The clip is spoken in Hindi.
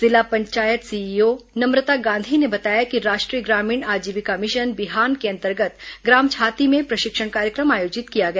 जिला पंचायत सीईओ नम्रता गांधी ने बताया कि राष्ट्रीय ग्रामीण आजीविका मिशन बिहान के अंतर्गत ग्राम छाती में प्रशिक्षण कार्यक्रम आयोजित किया गया